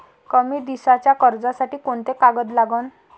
कमी दिसाच्या कर्जासाठी कोंते कागद लागन?